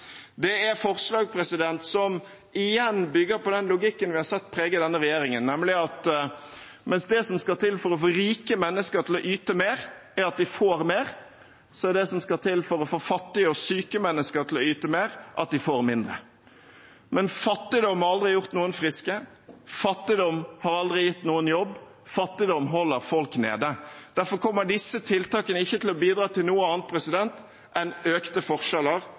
Det er forslag som igjen bygger på den logikken vi har sett prege denne regjeringen, nemlig at mens det som skal til for å få rike mennesker til å yte mer, er at de får mer, så er det som skal til for å få fattige og syke mennesker til å yte mer, at de får mindre. Men fattigdom har aldri gjort noen friske, fattigdom har aldri gitt noen jobb, fattigdom holder folk nede. Derfor kommer disse tiltakene ikke til å bidra til noe annet enn økte forskjeller